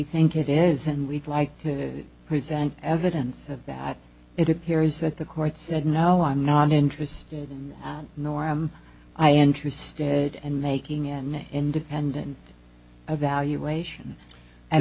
think it is and we'd like to present evidence that it appears that the court said no i'm not interested nor am i interested and making an independent evaluation and